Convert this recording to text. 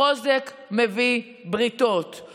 חוזק מביא בריתות,